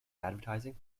advertising